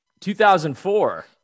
2004